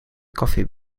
coffee